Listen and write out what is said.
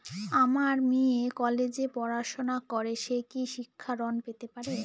আমার মেয়ে কলেজে পড়াশোনা করে সে কি শিক্ষা ঋণ পেতে পারে?